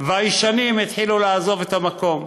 והישנים התחילו לעזוב את המקום.